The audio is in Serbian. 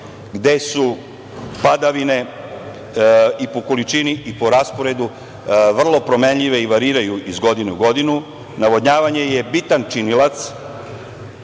gde su padavine i po količini i po rasporedu vrlo promenljive i variraju iz godine u godinu, navodnjavanje je bitan činilac